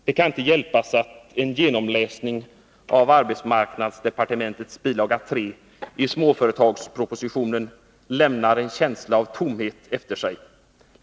Det kan inte hjälpas — en genomläsning av arbetsmarknadsdepartementets bilaga 3 i småföretagspropositionen lämnar en känsla av tomhet efter sig.